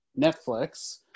Netflix